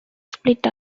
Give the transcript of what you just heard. split